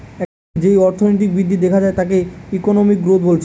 একটা দেশের যেই অর্থনৈতিক বৃদ্ধি দেখা যায় তাকে ইকোনমিক গ্রোথ বলছে